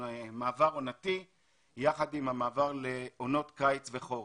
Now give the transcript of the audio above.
למעבר עונתי יחד עם המעבר לעונות קיץ וחורף.